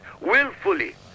willfully